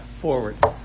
forward